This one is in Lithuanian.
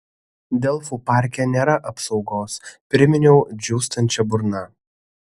delfų parke nėra apsaugos priminiau džiūstančia burna